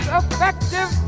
effective